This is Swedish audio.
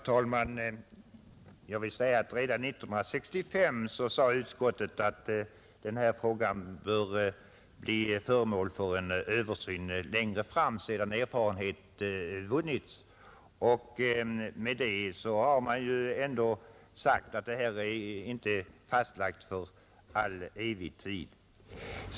Herr talman! Redan år 1965 anförde utskottet att den här frågan borde bli föremål för en översyn längre fram, sedan erfarenhet vunnits. Med detta har man ändå sagt att det hela inte är fastlagt för evig tid.